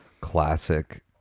classic